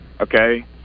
Okay